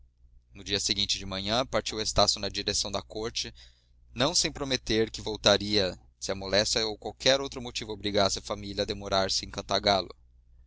no dia seguinte de manhã partiu estácio na direção da corte não sem prometer que voltaria se a moléstia ou qualquer outro motivo obrigasse a família a demorarse em cantagalo